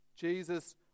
Jesus